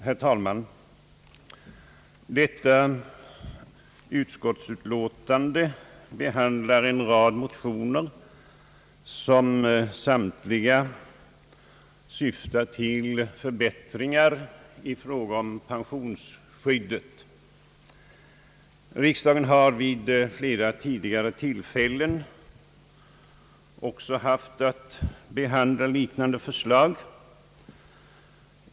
Herr talman! Detta utskottsutlåtande behandlar en rad motioner, vilka samtliga syftar till förbättringar i fråga om pensionsskyddet. Riksdagen har vid flera tidigare tillfällen också haft ati behandla liknande förslag.